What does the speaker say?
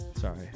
Sorry